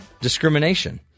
discrimination